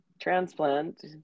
transplant